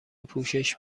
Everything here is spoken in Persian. پوشش